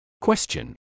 Question